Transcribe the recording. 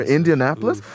Indianapolis